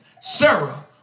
Sarah